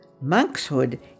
Monkshood